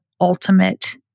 ultimate